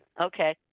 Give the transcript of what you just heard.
okay